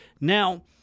Now